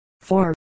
four